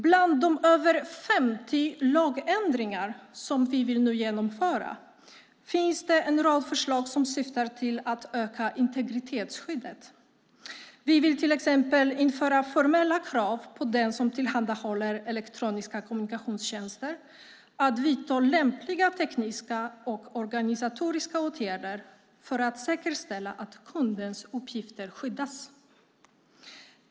Bland de över 50 lagändringar som vi nu vill genomföra finns en rad förslag som syftar till att öka integritetsskyddet. Vi vill bland annat införa formella krav på den som tillhandahåller elektroniska kommunikationstjänster att vidta lämpliga tekniska och organisatoriska åtgärder för att säkerställa att kundens uppgifter skyddas.